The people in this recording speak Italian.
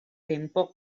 tempo